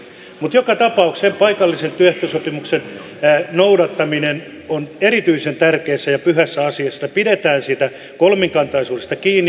mutta joka tapauksessa sen paikallisen työehtosopimuksen noudattaminen on erityisen tärkeä ja pyhä asia ja pidetään siitä kolmikantaisuudesta kiinni